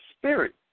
spirit